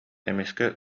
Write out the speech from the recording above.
эмискэ